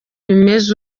bimeze